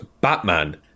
Batman